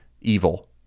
evil